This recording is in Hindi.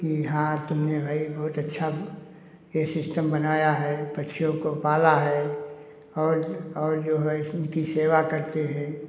कि हाँ तुमने भई बहुत अच्छा ये सिस्टम बनाया है पक्षियों को पाला है और जो और जो है उनकी सेवा करते हैं